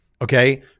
Okay